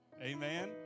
Amen